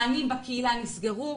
מענים בקהילה נסגרו,